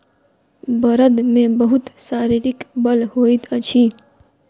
बड़द मे बहुत शारीरिक बल होइत अछि